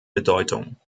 bedeutung